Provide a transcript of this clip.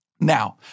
Now